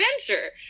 adventure